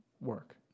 work